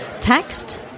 text